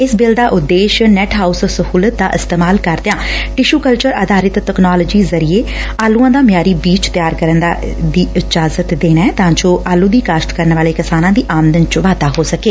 ਇਸ ਬਿੱਲ ਦਾ ਉਦੇਸ਼ ਨੈਟ ਹਾਉਸ ਸਹੁਲਤ ਦਾ ਇਸਤੇਮਾਲ ਕਰਦਿਆਂ ਟਿਸ਼ੁ ਕਲਚਰ ਆਧਾਰਿਤ ਤਕਨਾਲੋਜੀ ਜ਼ਰੀਏ ਆਲੁਆਂ ਦਾ ਮਿਆਰੀ ਬੀਜ ਤਿਆਰ ਕਰਨ ਦੀ ਇਜਾਜਤ ਦੇਣਾ ਐ ਤਾਂ ਜੋ ਆਲੁ ਦੀ ਕਾਸੁਤ ਕਰਨ ਵਾਲੇ ਕਿਸਾਨਾਂ ਦੀ ਆਮਦਨ ਚ ਵਾਧਾ ਹੋ ਸਕੇ